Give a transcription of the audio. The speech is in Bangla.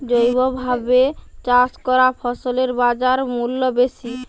জৈবভাবে চাষ করা ফসলের বাজারমূল্য বেশি